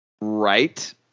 right